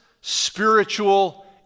spiritual